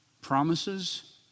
promises